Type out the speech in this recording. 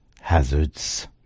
hazards